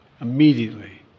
immediately